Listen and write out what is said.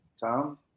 Tom